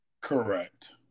Correct